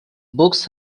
books